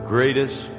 Greatest